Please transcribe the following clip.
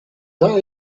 that